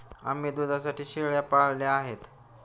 आम्ही दुधासाठी शेळ्या पाळल्या आहेत